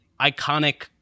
iconic